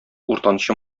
уртанчы